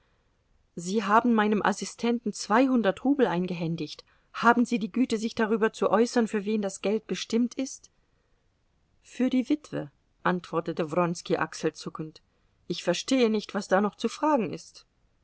sie haben meinem assistenten zweihundert rubel eingehändigt haben sie die güte sich darüber zu äußern für wen das geld bestimmt ist für die witwe antwortete wronski achselzuckend ich verstehe nicht was da noch zu fragen ist